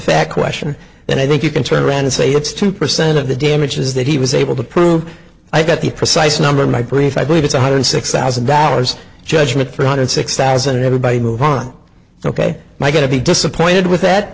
fact question and i think you can turn around and say it's two percent of the damages that he was able to prove i got the precise number my brief i believe it's one hundred six thousand dollars judgment three hundred sixty thousand everybody move on ok my going to be disappointed with that